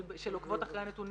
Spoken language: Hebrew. של עוקבות אחרי הנתונים,